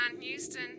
houston